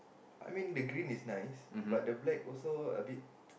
I mean the green is nice but the black also a bit